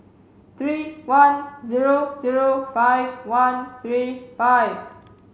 three one zero zero five one three five